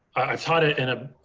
i've taught it in a